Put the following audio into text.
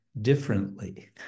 differently